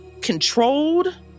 controlled